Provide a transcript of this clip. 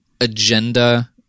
agenda